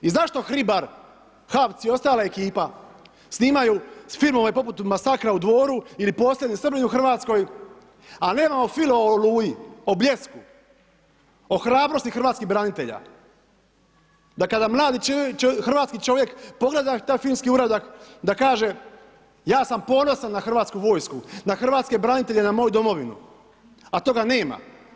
I zašto Hribar, HAVC i ostala ekipa snimaju filmove poput Masakra u dvoru ili Posljednji Srbin u Hrvatskoj, a nemamo filma o Oluji o Bljesku, o hrabrosti hrvatskih branitelja da kada mladi hrvatski čovjek pogleda taj filmski uradak da kaže ja sam ponosan na hrvatsku vojsku, na hrvatske branitelje na moju domovinu, a toga nema.